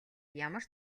ямар